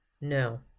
no